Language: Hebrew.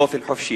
באופן חופשי?